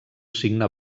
cigne